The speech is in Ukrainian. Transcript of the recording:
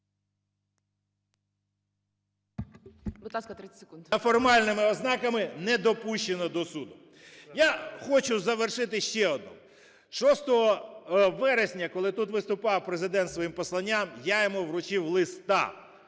ласка, 30 секунд.